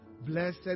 Blessed